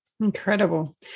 Incredible